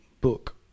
book